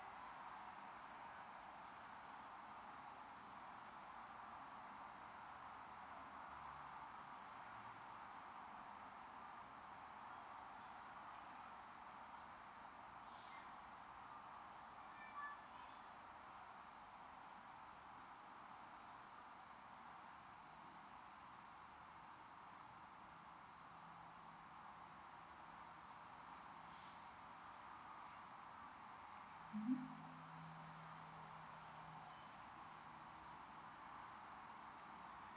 mmhmm